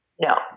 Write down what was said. No